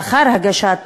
לאחר הגשת